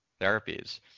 therapies